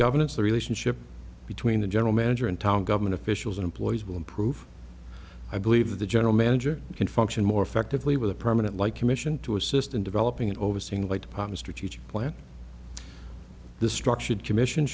governance the relationship between the general manager in town government officials employees will improve i believe the general manager can function more effectively with a permanent like commission to assist in developing an overseeing like partner strategic plan the structured commission